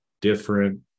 different